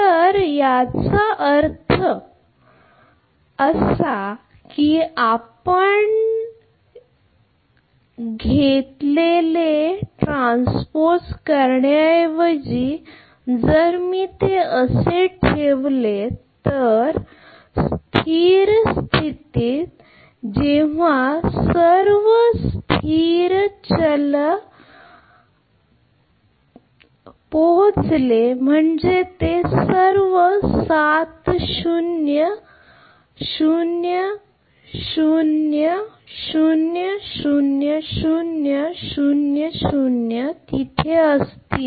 तर याचा अर्थ मी म्हणालो याचा अर्थ असा की आपण घेतल्यास माझे असे म्हणायचे आहे की मी ट्रान्सपोज करण्याऐवजी मी असे ठेवले तर आता समजा मी ते असे बनविते तर म्हणूनच स्थिर स्थितीत जेव्हा सर्व स्थिती चल स्थिर स्थितीत पोहोचतात म्हणजे ते सर्व सात शून्य 0000000 तिथे असतील